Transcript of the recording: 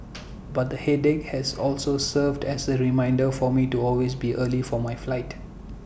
but the headache has also served as A reminder for me to always be early for my flight